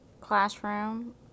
classroom